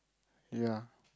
ya